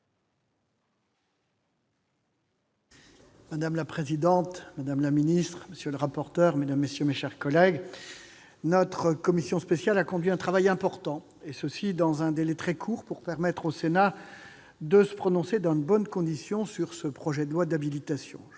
Madame la présidente, madame la ministre, monsieur le rapporteur, mes chers collègues, notre commission spéciale a conduit un travail important, dans un délai très court, pour permettre au Sénat de se prononcer dans de bonnes conditions sur ce projet de loi d'habilitation.